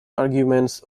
arguments